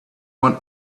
want